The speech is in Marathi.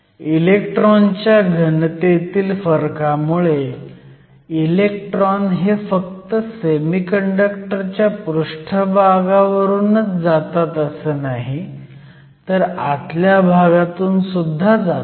इलेक्ट्रॉनच्या घनतेतील फरकामुळे इलेक्ट्रॉन हे फक्त सेमीकंडक्टर च्या पृष्ठभागावरूनच जातात असं नाही तर आतल्या भागातून सुद्धा जातात